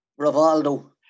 Rivaldo